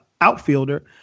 outfielder